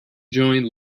joined